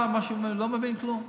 לא מבין כלום.